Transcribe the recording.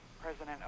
President